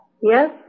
Yes